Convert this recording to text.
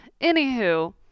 Anywho